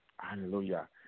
Hallelujah